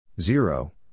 Zero